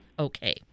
Okay